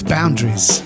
Boundaries